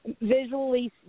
visually